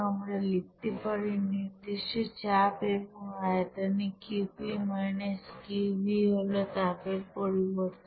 আমরা লিখতে পারি নির্দিষ্ট চাপ এবং নির্দিষ্ট আয়তনে Qp - Qv হল তাপের পরিবর্তন